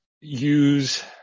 use